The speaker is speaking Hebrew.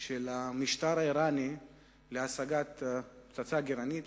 של המשטר האירני להשגת פצצה גרעינית,